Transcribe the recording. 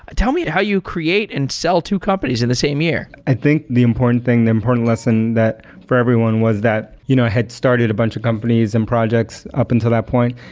ah tell me how you create and sell to companies in the same year? i think the important thing, the important lesson for everyone was that you know had started a bunch of companies and projects up until that point.